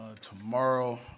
tomorrow